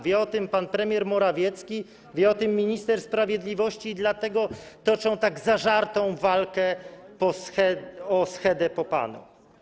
Wie o tym pan premier Morawiecki, wie o tym minister sprawiedliwości, dlatego toczą tak zażartą walkę o schedę po panu.